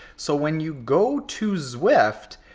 so when you go to zwift,